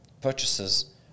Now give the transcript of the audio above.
purchases